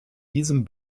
diesem